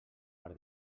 per